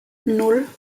nan